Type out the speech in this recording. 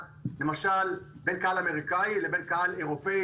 בין קהל אמריקאי לבין קהל אירופי